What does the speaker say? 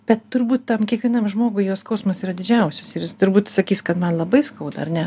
bet turbūt tam kiekvienam žmogui jo skausmas yra didžiausias ir jis turbūt sakys kad man labai skauda ar ne